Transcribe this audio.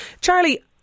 Charlie